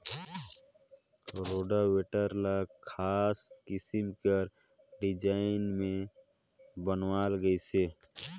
rotavator ल खास किसम कर डिजईन में बनाल गइसे